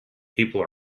people